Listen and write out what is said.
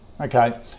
Okay